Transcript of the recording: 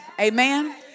Amen